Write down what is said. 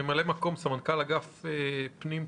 ממלא מקום סמנכ"ל אגף פנים,